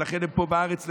ולכן הם פה בארץ לפנינו,